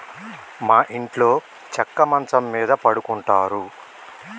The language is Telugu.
మా ఇంట్లో చెక్క మంచం మీద పడుకుంటారు